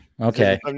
okay